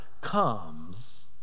comes